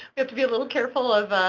we have to be a little careful of